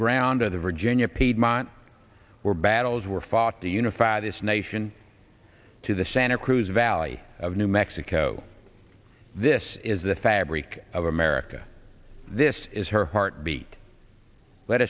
ground of the virginia piedmont where battles were fought to unify this nation to the santa cruz valley of new mexico this is the fabric of america this is her heartbeat let